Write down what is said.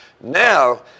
Now